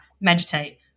meditate